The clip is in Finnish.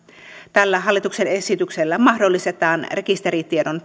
tällä hallituksen esityksellä mahdollistetaan rekisteritiedon